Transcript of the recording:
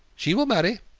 she will marry,